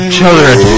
children